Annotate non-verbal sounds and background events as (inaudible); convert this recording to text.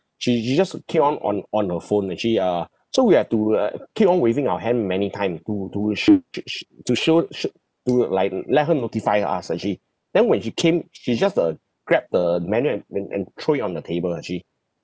she she just keep on on on her phone actually uh (breath) so we have to uh keep on waving our hand many time to to s~ s~ to show show to like let her notify us ah actually then when she came she just uh grab the menu and and and throw it on the table ah actually